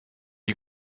you